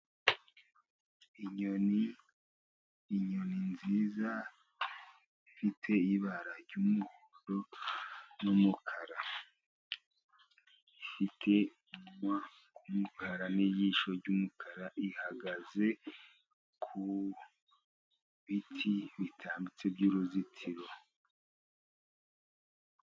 Inyoni, inyoni nziza ifite ibara ry'umuhondo n'umukara. Ifite umunwa w'umukara n'ijisho ry'umukara. Ihagaze ku biti bitambitse by'uruzitiro.